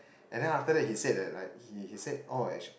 and then after that he said that like he he said oh actu~